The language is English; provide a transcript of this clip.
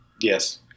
yes